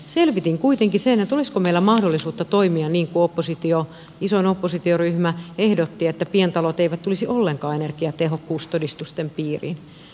selvitin kuitenkin sen olisiko meillä mahdollisuutta toimia niin kuin isoin oppositioryhmä ehdotti että pientalot eivät tulisi ollenkaan energiatehokkuustodistusten piiriin